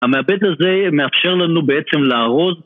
המעבד הזה מאפשר לנו בעצם לארוז